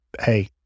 hey